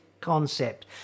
concept